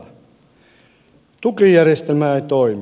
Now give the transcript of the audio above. tukijärjestelmä ei toimi